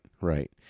right